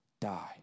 die